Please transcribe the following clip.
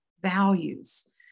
values